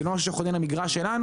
זה לא ממש חונה במגרש שלנו.